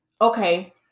okay